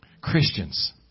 Christians